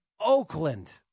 Oakland